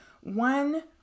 one